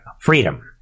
Freedom